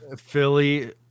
Philly